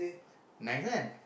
nice one